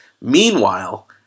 Meanwhile